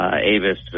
Avis